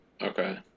Okay